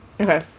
okay